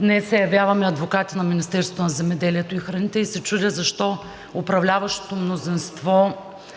днес се явяваме адвокати на Министерството на земеделието и храните, и се чудя защо управляващото мнозинство